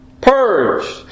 purged